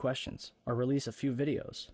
questions or release a few videos